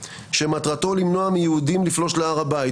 שמטרתו למנוע מיהודים לפלוש להר הבית.